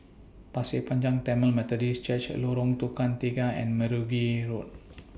Pasir Panjang Tamil Methodist Church Lorong Tukang Tiga and Mergui Road